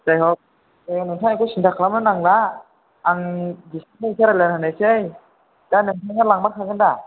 जायहग नोंथाङा सिन्था खालामनो नांला आं डिसकाउन्टाव एसे रायज्लायना होनायसै दा नोंथाङा लांमार खागोन दा